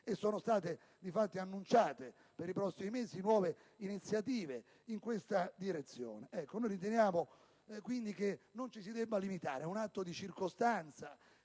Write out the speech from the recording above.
Sono state infatti annunciate, per i prossimi mesi, nuove iniziative in questa direzione. Riteniamo dunque che non ci si debba limitare a un atto di circostanza